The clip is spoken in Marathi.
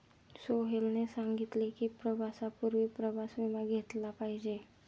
सोहेलने सांगितले की, प्रवासापूर्वी प्रवास विमा घेतला पाहिजे